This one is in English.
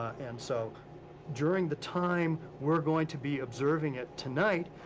and so during the time we're going to be observing it tonight,